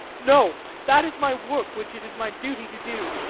no, that is my work which it is my duty to do,